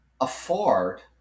afford